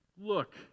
look